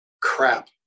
Crap